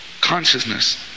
consciousness